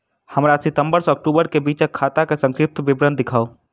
हमरा सितम्बर सँ अक्टूबर केँ बीचक खाता केँ संक्षिप्त विवरण देखाऊ?